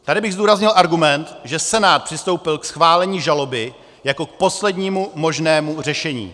Tady bych zdůraznil argument, že Senát přistoupil k schválení žaloby jako k poslednímu možnému řešení.